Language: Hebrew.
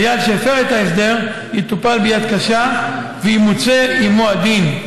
חייל שהפר את ההסדר יטופל ביד קשה וימוצה עימו הדין.